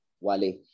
Wale